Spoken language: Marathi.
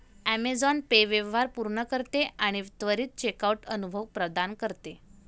ॲमेझॉन पे व्यवहार पूर्ण करते आणि त्वरित चेकआउट अनुभव प्रदान करते